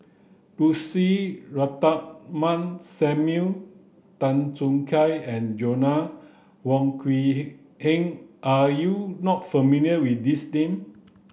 Lucy Ratnammah Samuel Tan Choo Kai and Joanna Wong Quee Heng are you not familiar with these name